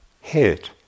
hit